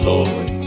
Lord